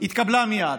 התקבלה מייד.